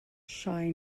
shy